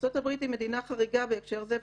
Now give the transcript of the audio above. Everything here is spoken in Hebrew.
ארצות-הברית היא מדינה חריגה בהקשר זה,